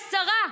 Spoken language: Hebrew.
עשרה.